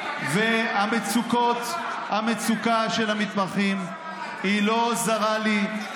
המצוקה של המתמחים לא זרה לי.